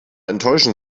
enttäuschen